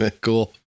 Cool